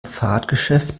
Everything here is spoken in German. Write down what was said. fahrradgeschäft